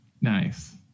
Nice